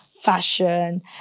fashion